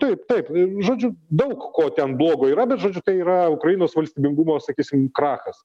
taip taip žodžiu daug ko ten blogo yra bet žodžiu tai yra ukrainos valstybingumo sakysim krachas